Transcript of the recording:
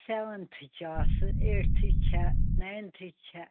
سیٚوَنتھٕچۍ آ سہٕ ایٹتھٕچۍ چھا نایِنتھٕچۍ چھا